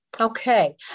Okay